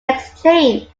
exchange